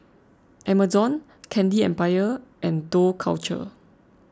Amazon Candy Empire and Dough Culture